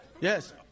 Yes